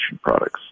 products